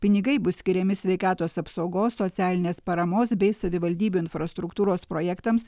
pinigai bus skiriami sveikatos apsaugos socialinės paramos bei savivaldybių infrastruktūros projektams